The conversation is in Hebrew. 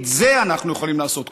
את זה אנחנו יכולים לעשות,